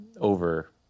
over